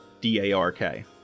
D-A-R-K